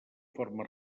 forma